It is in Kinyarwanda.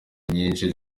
nyinshi